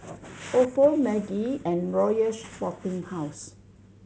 Ofo Maggi and Royal Sporting House